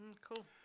Cool